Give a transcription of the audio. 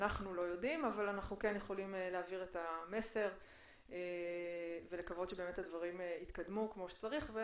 אנחנו כן יכולים להעביר את המסר ולקוות שהדברים יתקדמו כפי שצריך,